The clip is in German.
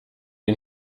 den